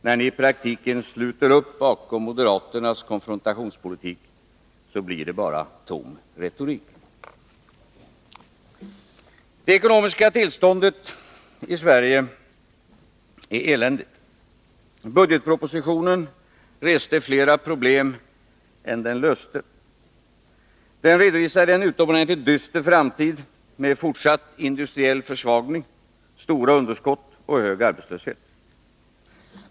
När ni i praktiken sluter upp bakom moderaternas konfrontationspolitik blir det bara tom retorik. Det ekonomiska tillståndet i Sverige är eländigt. Budgetpropositionen reste flera problem än den löste. Den redovisade en utomordentligt dyster framtid med fortsatt industriell försvagning, stora underskott och hög arbetslöshet.